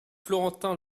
florentin